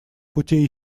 путей